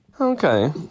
Okay